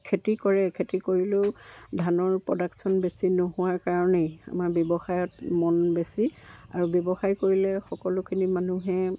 খেতি কৰে খেতি কৰিলেও ধানৰ প্ৰডাকশ্যন বেছি নোহোৱাৰ কাৰণেই আমাৰ ব্যৱসায়ত মন বেছি আৰু ব্যৱসায় কৰিলে সকলোখিনি মানুহে